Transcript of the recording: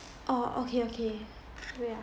orh okay okay wait ah